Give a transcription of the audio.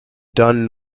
done